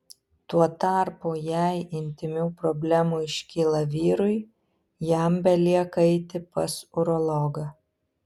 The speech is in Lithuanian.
tuo tarpu jei intymių problemų iškyla vyrui jam belieka eiti pas urologą